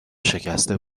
شکسته